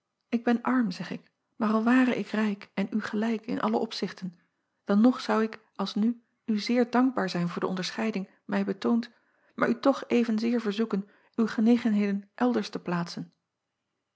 ik ben arm zeg ik maar al ware ik rijk en u gelijk in alle opzichten dan nog zou ik als nu u zeer dankbaar zijn voor de onderscheiding mij betoond maar u toch evenzeer verzoeken uw genegenheden elders te plaatsen